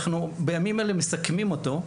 אנחנו בימים האלה מסכמים אותו,